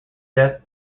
death